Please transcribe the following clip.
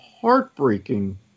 heartbreaking